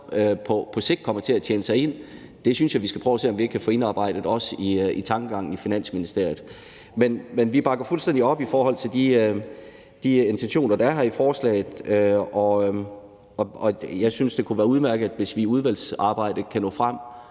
på sigt kommer til at tjene sig ind, synes jeg vi skal prøve at få indarbejdet også i Finansministeriets tankegang. Men vi bakker fuldstændig op om de intentioner, der er i forslaget, og jeg synes, det kunne være udmærket, hvis vi i udvalgsarbejdet kunne nå frem